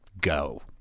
go